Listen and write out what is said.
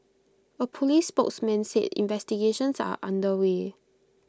A Police spokesman said investigations are under way